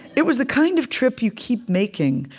it was the kind of trip you keep making,